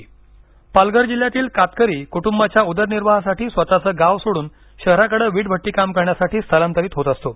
कातकरी पालघर जिल्ह्यातील कातकरी कुंटुबांच्या उदरनिर्वाहासाठी स्वतःचं गाव सोडून शहराकडे विटभटटीकाम करण्यासाठी स्थलांतरीत होत असतो